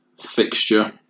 fixture